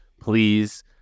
please